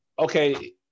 Okay